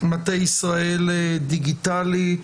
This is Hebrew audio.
רונית גל,